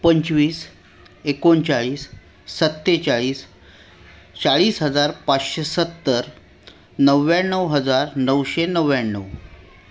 पंचवीस एकोणचाळीस सत्तेचाळीस चाळीस हजार पाचशे सत्तर नव्याण्णव हजार नऊशे नव्याण्णव